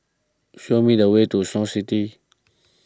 show me the way to Snow City